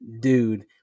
dude